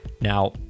Now